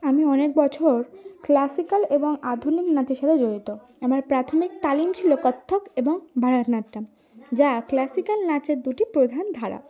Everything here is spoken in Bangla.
আমি অনেক বছর ক্লাসিক্যাল এবং আধুনিক নাচের সাথে জড়িত আমার প্রাথমিক তালিম ছিল কত্থক এবং ভারতনাট্যম যা ক্লাসিক্যাল নাচের দুটি প্রধান ধারা